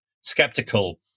skeptical